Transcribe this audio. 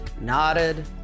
nodded